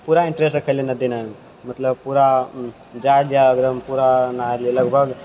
पूरा इन्टरेस्ट रखै लए नदी नहाय लए मतलब पूरा जाइए जाइए एकदम पूरा नहाय लअ लगभग